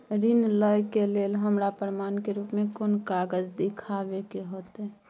ऋण लय के लेल हमरा प्रमाण के रूप में कोन कागज़ दिखाबै के होतय?